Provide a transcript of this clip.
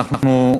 מוותר.